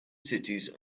cities